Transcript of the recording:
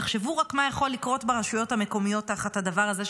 תחשבו רק מה יכול לקרות ברשויות המקומיות תחת הדבר הזה,